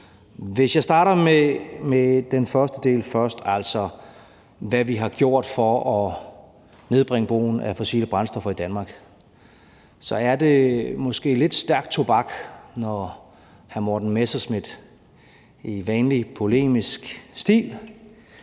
Hvis jeg skal starte med den første del først, altså hvad vi har gjort for at nedbringe brugen af fossile brændstoffer i Danmark, så er det måske lidt stærk tobak, når hr. Morten Messerschmidt i vanlig polemisk stil